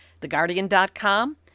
theguardian.com